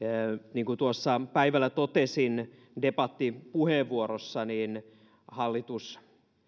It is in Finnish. niin kuin tuossa päivällä totesin debattipuheenvuorossa hallitus